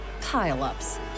pile-ups